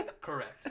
Correct